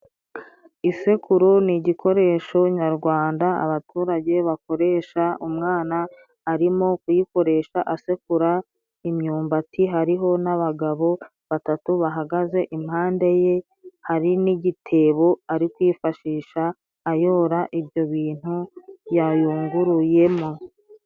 Isekuru ni igikoresho nyarwanda abaturage bakoresha, umwana arimo kuyikoresha asekura imyumbati, hariho n'abagabo batatu bahagaze impande ye, hari n'igitebo ari kwifashisha ayora ibyo bintu yayunguruyemo.